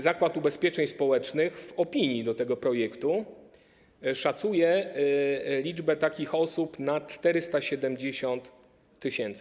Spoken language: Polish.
Zakład Ubezpieczeń Społecznych w opinii dotyczącej tego projektu szacuje liczbę takich osób na 470 tys.